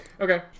okay